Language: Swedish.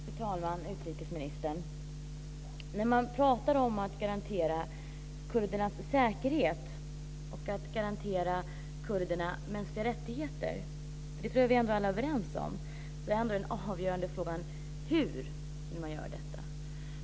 Fru talman! Utrikesministern! När man pratar om att garantera kurdernas säkerhet och att garantera kurderna mänskliga rättigheter, som vi alla är överens om, är ändå den avgörande frågan hur man gör detta.